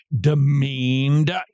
demeaned